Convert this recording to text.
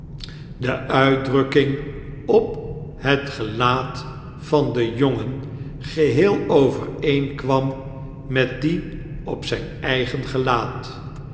de uitdrukking op het gelaat van den jonge t n geheel overeenkwam met die op zijn eigen gelaat